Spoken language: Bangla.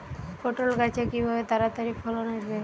পটল গাছে কিভাবে তাড়াতাড়ি ফলন আসবে?